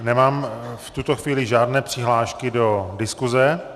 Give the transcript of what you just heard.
Nemám v tuto chvíli žádné přihlášky do diskuse.